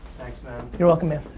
thanks man. you're welcome, man.